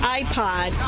iPod